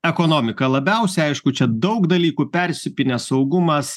ekonomiką labiausia aišku čia daug dalykų persipynę saugumas